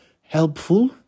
helpful